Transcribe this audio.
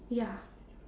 ya